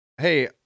hey